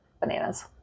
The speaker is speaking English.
bananas